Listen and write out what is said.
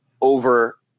over